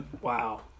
wow